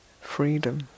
freedom